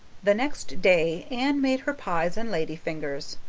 the next day anne made her pies and lady fingers,